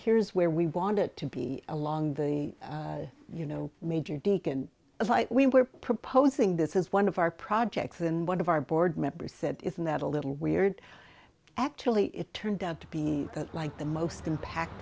here's where we want it to be along the you know major deacon we were proposing this is one of our projects than one of our board members said isn't that a little weird actually it turned out to be like the most impact